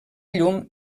llum